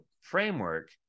framework